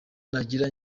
nagira